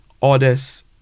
orders